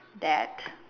that